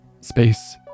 Space